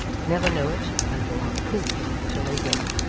never know it, and go on coolly till they win.